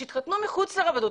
שהתחתנו מחוץ לרבנות,